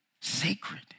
Sacred